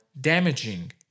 damaging